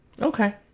Okay